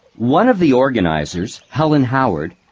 one of the organizers, helen howard,